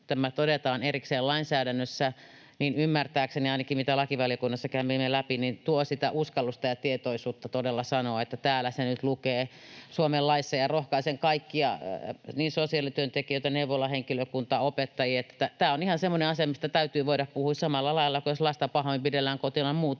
tämä todetaan erikseen lainsäädännössä, ymmärtääkseni ainakin sen perusteella, mitä lakivaliokunnassa kävimme läpi, tuo sitä uskallusta ja tietoisuutta todella sanoa, että täällä se nyt lukee Suomen laissa. Rohkaisen kaikkia, niin sosiaalityöntekijöitä, neuvolahenkilökuntaa kuin opettajia, että tämä on ihan semmoinen asia, mistä täytyy voida puhua samalla lailla kuin jos lasta pahoinpidellään kotona tai muuten